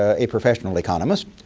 ah a professional economist.